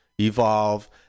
evolve